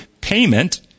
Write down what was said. payment